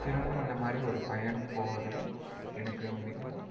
திரும்ப இந்தமாதிரி ஒரு பயணம் போவதில் எனக்கு மிகவும்